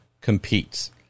competes